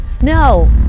no